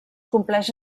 compleix